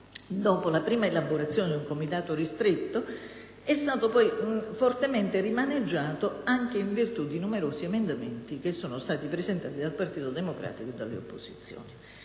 dopo la prima elaborazione del Comitato ristretto è stato poi fortemente rimaneggiato, anche in virtù di numerosi emendamenti che sono stati presentati dal Partito Democratico e dalle opposizioni.